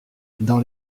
dans